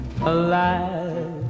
alive